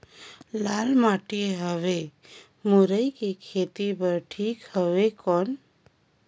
लाल माटी हवे मुरई के खेती बार ठीक हवे कौन?